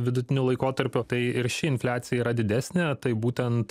vidutiniu laikotarpiu tai ir ši infliacija yra didesnė tai būtent